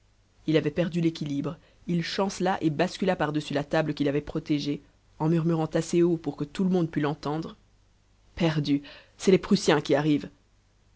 il avait perdu l'équilibre il chancela et bascula par-dessus la table qui l'avait protégé en murmurant assez haut pour que tout le monde pût l'entendre perdu c'est les prussiens qui arrivent